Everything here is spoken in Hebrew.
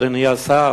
אדוני השר,